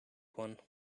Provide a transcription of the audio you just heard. one